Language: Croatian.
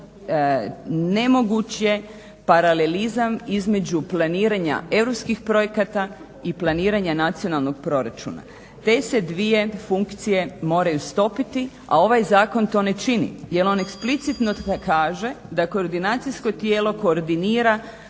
Nemoguć je paralelizam između planiranja europskih projekata i planiranja nacionalnog proračuna. Te se dvije funkcije moraju stopiti, a ovaj zakon to ne čini, jel on eksplicitno kaže da koordinacijsko tijelo koordinira